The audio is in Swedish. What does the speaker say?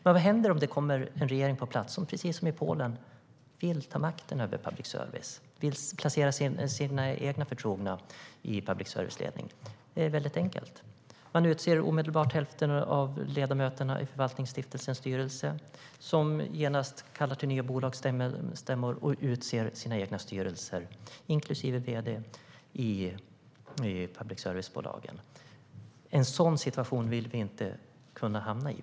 Men vad händer om det kommer en regering som precis som i Polen vill ta makten över public service och placera sin egna förtrogna i public services ledning? Det är enkelt. Man utser omedelbart hälften av ledamöterna i förvaltningsstiftelsens styrelse som genast kallar till nya bolagsstämmor och utser sina egna styrelser, inklusive vd:ar, i public service-bolagen. En sådan situation vill vi inte hamna i.